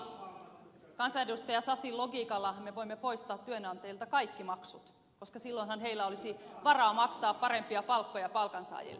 tuolla kansanedustaja sasin logiikallahan me voimme poistaa työnantajilta kaikki maksut koska silloinhan heillä olisi varaa maksaa parempia palkkoja palkansaajille